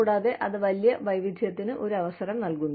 കൂടാതെ അത് വലിയ വൈവിധ്യത്തിന് ഒരു അവസരം നൽകുന്നു